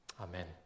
Amen